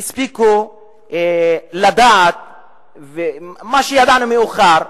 הספיקו לדעת, מה שידענו מאוחר,